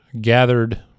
gathered